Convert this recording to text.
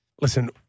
Listen